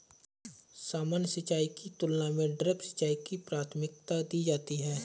सामान्य सिंचाई की तुलना में ड्रिप सिंचाई को प्राथमिकता दी जाती है